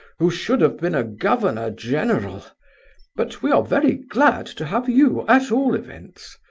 who should have been a governor-general but we are very glad to have you, at all events.